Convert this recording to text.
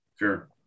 Sure